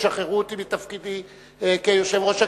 תשחררו אותי מתפקידי כיושב-ראש הכנסת,